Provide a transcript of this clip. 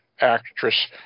actress